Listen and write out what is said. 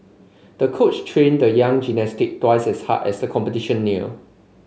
the coach trained the young gymnast twice as hard as the competition near